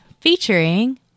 featuring